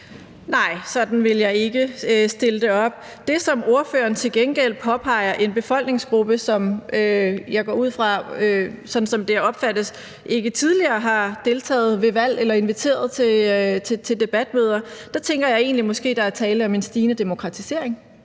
Nej, sådan vil jeg ikke stille det op. Det, som ordføreren til gengæld peger på, er en befolkningsgruppe, som jeg går ud fra – sådan opfattes det – ikke tidligere har deltaget ved valg eller er blevet inviteret til debatmøder. Der tænker jeg egentlig, at der måske er tale om en stigende demokratisering.